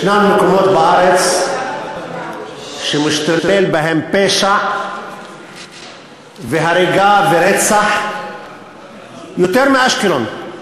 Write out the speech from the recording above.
יש מקומות בארץ שמשתוללים בהם פשע והריגה ורצח יותר מאשר באשקלון,